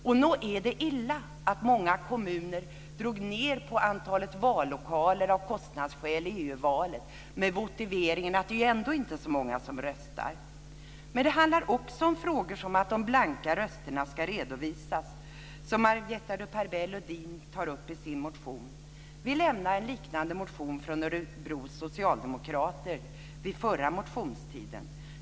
Och nog är det illa att många kommuner i EU-valet av kostnadsskäl drog ned på antalet vallokaler, med motiveringen att det ändå inte är så många som röstar. Det handlar också om sådant som att blanka röster ska redovisas, som Marietta de Pourbaix-Lundin tar upp i sin motion. En liknande motion avlämnade vi från Örebros socialdemokrater förra gången det var motionstid.